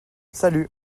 salut